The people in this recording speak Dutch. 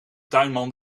tuinman